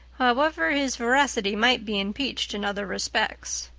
however his veracity might be impeached in other respects.